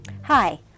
Hi